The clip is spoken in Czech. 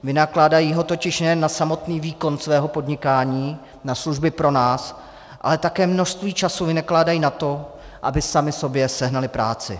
Vynakládají ho totiž nejen na samotný výkon svého podnikání, na služby pro nás, ale také množství času vynakládají na to, aby sami sobě sehnali práci.